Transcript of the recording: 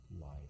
life